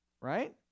right